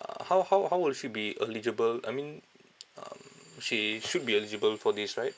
uh how how how will she be eligible I mean mm um she should be eligible for this right